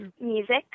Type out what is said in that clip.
Music